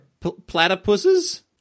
Platypuses